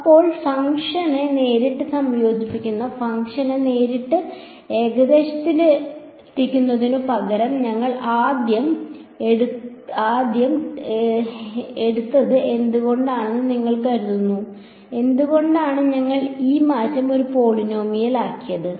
അപ്പോൾ ഫംഗ്ഷനെ നേരിട്ട് സംയോജിപ്പിക്കുന്ന ഫംഗ്ഷനെ നേരിട്ട് ഏകദേശിക്കുന്നതിനുപകരം ഞങ്ങൾ ആദ്യം എടുത്തത് എന്തുകൊണ്ടാണെന്ന് നിങ്ങൾ കരുതുന്നു എന്തുകൊണ്ടാണ് ഞങ്ങൾ ഈ മാറ്റം ഒരു പോളിനോമിയലാക്കിയത്